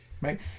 Right